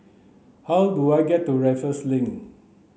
how do I get to Raffles Link